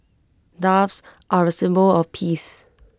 doves are A symbol of peace